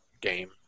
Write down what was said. game